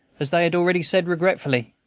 as they had already said, regretfully,